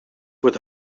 with